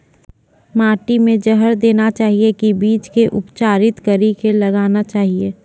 माटी मे जहर देना चाहिए की बीज के उपचारित कड़ी के लगाना चाहिए?